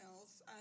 else